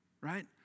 Right